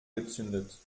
gezündet